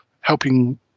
helping